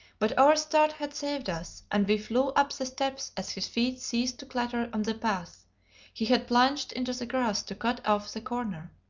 but our start had saved us, and we flew up the steps as his feet ceased to clatter on the path he had plunged into the grass to cut off the corner.